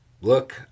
Look